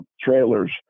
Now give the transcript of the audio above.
trailers